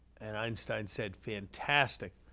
and einstein said, fantastic.